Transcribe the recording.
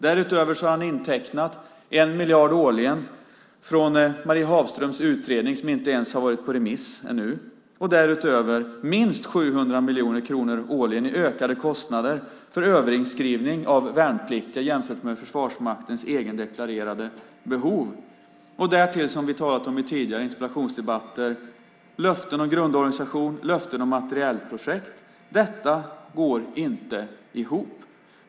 Därutöver har han intecknat 1 miljard årligen från Marie Hafströms utredning, som ännu inte har gått ut på remiss. Därutöver är det fråga om minst 700 miljoner kronor årligen i ökade kostnader för överinskrivning av värnpliktiga jämfört med Försvarsmaktens egendeklarerade behov. Därtill, som vi har talat om i tidigare interpellationsdebatter, löften om grundorganisation och löften om materielprojekt. Detta går inte ihop.